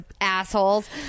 assholes